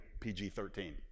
PG-13